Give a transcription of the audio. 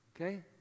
Okay